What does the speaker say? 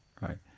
right